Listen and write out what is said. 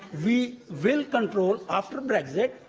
we will control, after and brexit,